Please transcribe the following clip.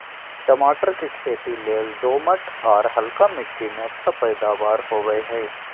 टमाटर के खेती लेल दोमट, आर हल्का मिट्टी में अच्छा पैदावार होवई हई